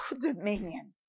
dominion